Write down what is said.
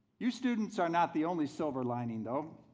you students are not the only silver lining though,